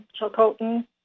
Chilcotin